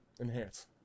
Enhance